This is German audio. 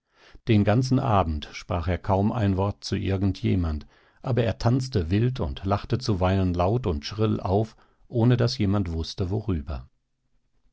den ganzen abend sprach er kaum ein wort zu irgend jemand aber er tanzte wild und lachte zuweilen laut und schrill auf ohne daß jemand wußte worüber